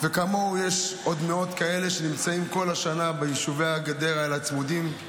וכמוהו יש עוד מאות כאלה שנמצאים כל השנה ביישובי צמודי הגדר האלה.